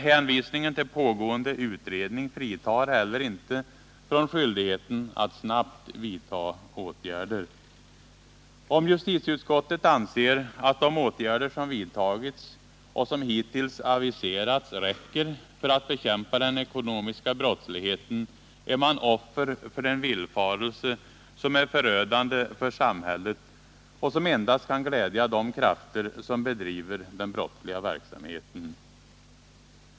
Hänvisningen till pågående utredning fritar heller inte från skyldigheten att snabbt vidta åtgärder. Om justitieutskottet anser att de åtgärder som vidtagits och som hittills aviserats räcker för att bekämpa den ekonomiska brottsligheten, är man offer för en villfarelse som är förödande för samhället och som endast kan glädja de krafter som bedriver den brottsliga verksamheten.